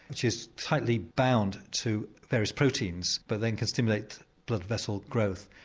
which is tightly bound to various proteins but then can stimulate blood vessel growth,